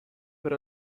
per